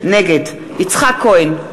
נגד יצחק כהן,